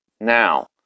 Now